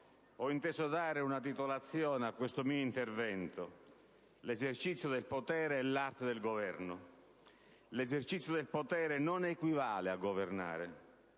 ho inteso dare una titolazione a questo mio intervento: «L'esercizio del potere e l'arte del governo». L'esercizio del potere non equivale a governare: